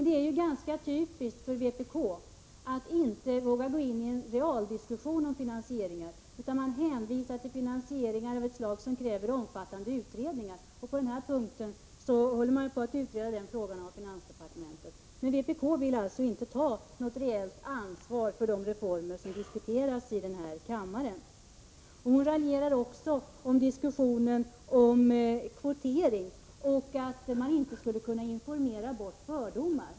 Det är ganska typiskt för vpk att inte våga gå in i en realdiskussion om finansieringen utan hänvisa till finansieringsformer av ett slag som kräver omfattande utredningar. På den punkten håller frågan på att utredas inom finansdepartementet. Vpk vill alltså inte ta något reellt ansvar för de reformer som diskuteras här i kammaren. Hon raljerar också med diskussionen om kvotering och säger att man inte skulle kunna informera bort fördomar.